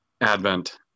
advent